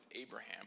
Abraham